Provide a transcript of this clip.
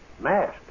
Mask